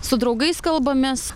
su draugais kalbamės